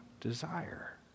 desire